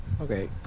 Okay